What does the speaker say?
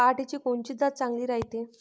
पऱ्हाटीची कोनची जात चांगली रायते?